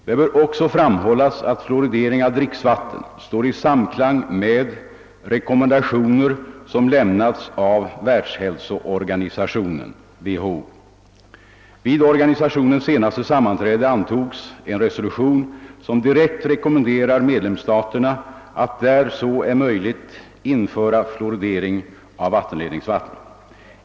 Det bör också framhållas att fluoridering av dricksvatten står i samklang med rekommendationer som lämnats av världshälsovårdsorganisationen . Vid organisationens senaste sammanträde antogs en resolution som direkt rekommenderar medlemsstaterna att där så är möjligt införa fluoridering av vattenledningsvattnet.